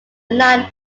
line